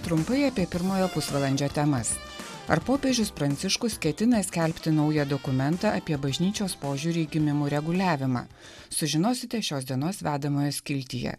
trumpai apie pirmojo pusvalandžio temas ar popiežius pranciškus ketina skelbti naują dokumentą apie bažnyčios požiūrį į gimimų reguliavimą sužinosite šios dienos vedamojo skiltyje